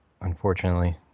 unfortunately